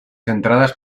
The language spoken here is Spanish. entradas